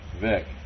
Vic